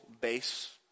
base